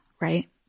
right